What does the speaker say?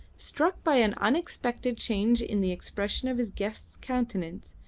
struck by an unexpected change in the expression of his guest's countenance,